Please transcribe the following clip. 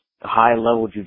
high-level